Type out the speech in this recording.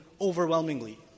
overwhelmingly